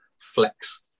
flex